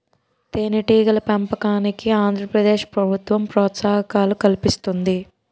తేనెటీగల పెంపకానికి ఆంధ్ర ప్రదేశ్ ప్రభుత్వం ప్రోత్సాహకాలు కల్పిస్తుంది